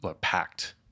packed